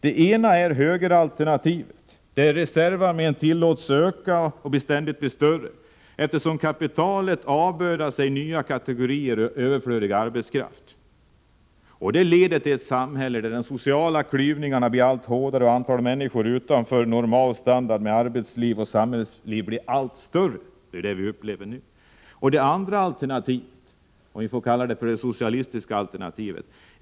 Det är ena är högeralternativet, där reservarmén av arbetslösa tillåts öka och ständigt bli större eftersom kapitalet avbördar sig nya kategorier överflödig arbetskraft. Det leder till ett samhälle där de sociala klyvningarna blir allt hårdare och där antalet människor utanför normal standard inom arbetsliv och samhällsliv blir allt större. Det är denna situation vi upplever nu. Det andra alternativet kanske jag får kalla för det socialistiska alternativet.